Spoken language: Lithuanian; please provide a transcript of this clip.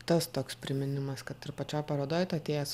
tas toks priminimas kad ir pačioj parodoj tu atėjęs